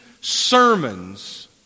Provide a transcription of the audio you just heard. sermons